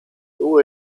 długo